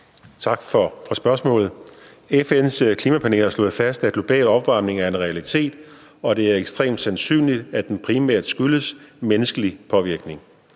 Tak for spørgsmålet. FN's klimapanel har slået fast, at global opvarmning er en realitet, og at det er ekstremt sandsynligt, at den primært skyldes menneskelig påvirkning.